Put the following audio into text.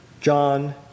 John